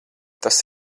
tas